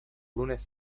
lunes